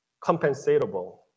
compensatable